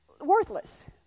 worthless